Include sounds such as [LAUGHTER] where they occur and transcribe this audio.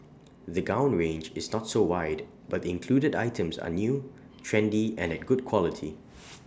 the gown range is not so wide but the included items are new trendy and at good quality [NOISE]